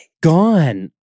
Gone